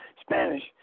Spanish